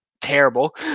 terrible